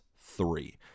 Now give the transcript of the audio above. three